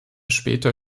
später